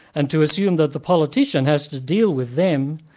and to assume that the politician has to deal with them,